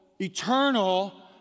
eternal